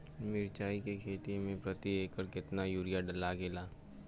मिरचाई के खेती मे प्रति एकड़ केतना यूरिया लागे ला?